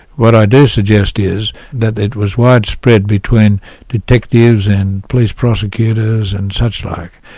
what i do suggest is that it was widespread between detectives and police prosecutors and suchlike,